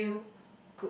value